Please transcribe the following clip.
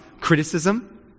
criticism